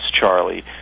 Charlie